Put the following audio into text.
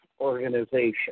Organization